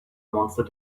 monster